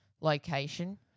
location